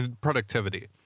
productivity